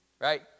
right